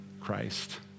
Christ